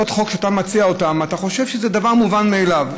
יש הצעות חוק שאתה מציע ואתה חושב שזה דבר מובן מאליו,